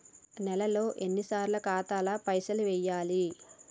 నెలలో ఎన్నిసార్లు ఖాతాల పైసలు వెయ్యాలి?